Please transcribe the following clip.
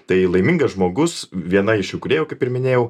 tai laimingas žmogus viena iš jų įkūrėjų kaip ir minėjau